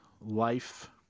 life